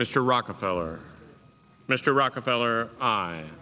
mr rockefeller mr rockefeller